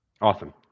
awesome